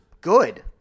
good